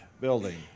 building